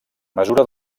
mesura